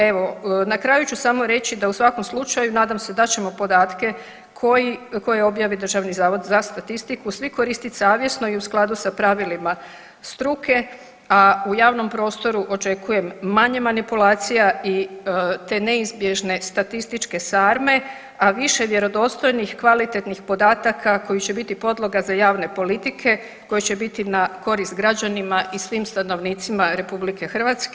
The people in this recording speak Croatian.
Evo na kraju ću samo reći da u svakom slučaju nadam se da ćemo podatke koje objavi DZS svi koristiti savjesno i u skladu sa pravilima struke, a u javnom prostoru očekujem manje manipulacija te neizbježne statističke sarme, a više vjerodostojnih, kvalitetnih podataka koji će biti podloga za javne politike koje će biti na koristi građanima i svim stanovnicima RH.